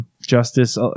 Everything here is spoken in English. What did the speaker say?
justice